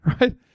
Right